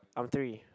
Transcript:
I'm three